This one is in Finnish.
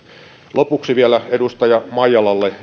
lopuksi vielä edustaja maijalalle